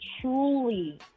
truly